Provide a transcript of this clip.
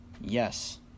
yes